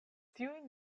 tiujn